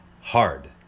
hard